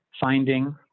finding